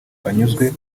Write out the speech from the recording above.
anyuzwe